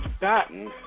gotten